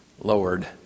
lowered